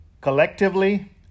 collectively